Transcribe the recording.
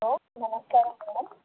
hello నమస్కారం madam